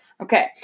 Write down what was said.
Okay